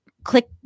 Click